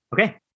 Okay